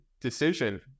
decision